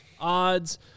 odds